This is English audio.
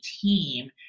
team